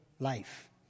life